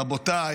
רבותיי,